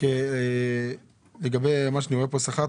רק לגבי מה שדיברת על שכר,